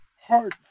heart